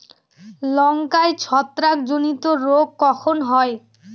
লঙ্কায় ছত্রাক জনিত রোগ কখন হয়?